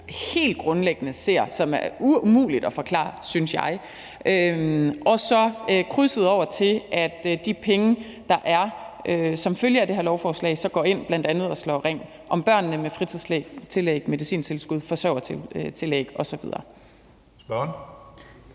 helt grundlæggende er umulig at forklare, synes jeg, og så krydset over til, at de penge, der er som følge af det her lovforslag, så bl.a. går ind og slår ring om børnene med fritidstillæg, medicintilskud, forsørgertillæg osv. Kl.